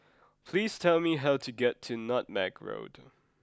please tell me how to get to Nutmeg Road